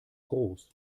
groß